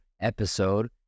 episode